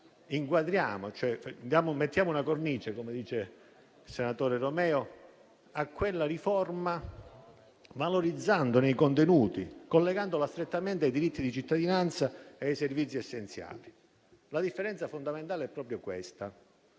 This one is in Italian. cioè le mettiamo una cornice, come dice il senatore Romeo, valorizzandone i contenuti e collegandola strettamente ai diritti di cittadinanza e ai servizi essenziali. La differenza fondamentale è proprio questa.